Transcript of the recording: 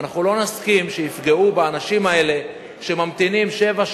ואנחנו לא נסכים שיפגעו באנשים האלה שממתינים שבע,